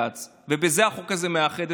אחריו, חבר הכנסת חמד עמאר, ולאחר מכן,